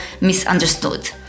misunderstood